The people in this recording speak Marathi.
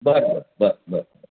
बरं बरं बरं बरं बरं